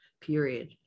period